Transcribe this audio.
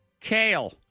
kale